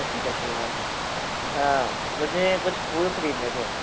दस के दस फूल वाले हाँ मुझे कुछ फूल खरीदने थे